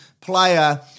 player